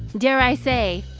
dare i say,